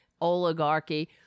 oligarchy